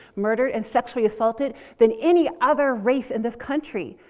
murdered, and sexually assaulted than any other race in this country.